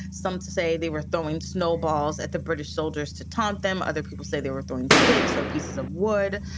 some to say they were throwing snowballs at the british soldiers to taunt them. other people say they were throwing sticks or pieces of wood.